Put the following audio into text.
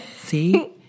See